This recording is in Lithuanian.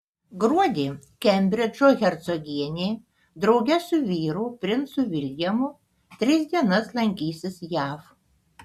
gruodį kembridžo hercogienė drauge su vyru princu viljamu tris dienas lankysis jav